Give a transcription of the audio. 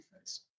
face